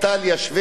שבדיה,